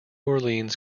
orleans